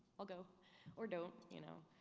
i'll go or don't, you know.